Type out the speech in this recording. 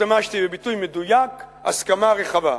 השתמשתי בביטוי מדויק "הסכמה רחבה".